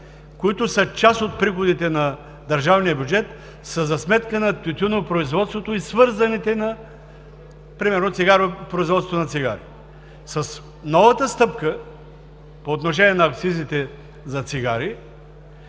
които са част от приходите на държавния бюджет, са за сметка на тютюнопроизводството и свързаните примерно на производство на цигари. С новата стъпка по отношение на акцизите за цигари